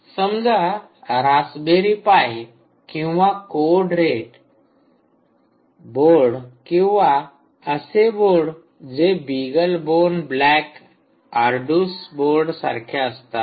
समजा raspberry pi किंवा code red board किंवा असे बोर्ड जे BeagleBone black arduino board सारख्या असतात